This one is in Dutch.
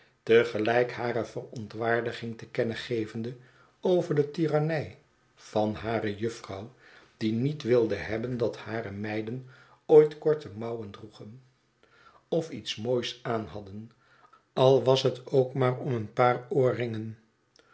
gelijk hare verontwaardiging te kennen gevende over de tirannij van hare jufvrouw die niet wilde hebben dat hare meiden ooit korte mouwen droegen of iets moois aanhadden al was het ook maar een paar oorringen